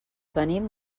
venim